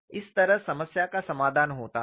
इस तरह समस्या का समाधान होता है